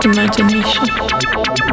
Imagination